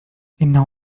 إنه